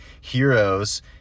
heroes